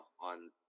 on